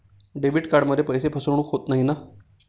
Debit कार्डमध्ये पैसे फसवणूक होत नाही ना?